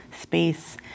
space